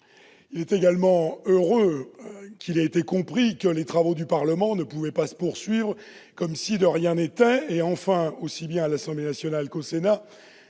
Il est également heureux que l'on ait compris que les travaux du Parlement ne pouvaient pas se poursuivre comme si de rien n'était et que, aussi bien à l'Assemblée nationale qu'au Sénat,